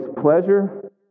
pleasure